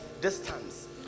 distance